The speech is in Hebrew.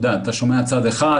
אתה שומע צד אחד,